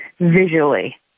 visually